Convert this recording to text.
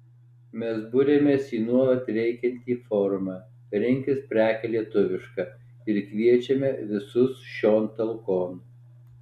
mes buriamės į nuolat veikiantį forumą rinkis prekę lietuvišką ir kviečiame visus šion talkon